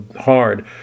hard